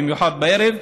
במיוחד בערב,